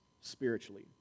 spiritually